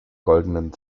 goldenen